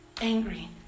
angry